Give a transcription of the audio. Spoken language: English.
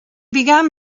began